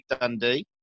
Dundee